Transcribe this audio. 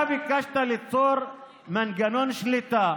אתה ביקשת ליצור מנגנון שליטה